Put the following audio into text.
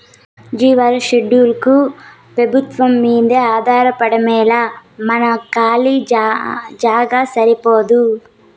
జీవాల షెడ్డుకు పెబుత్వంమ్మీదే ఆధారమేలా మన కాలీ జాగా సరిపోదూ